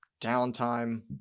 downtime